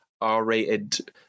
R-rated